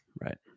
Right